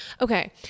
Okay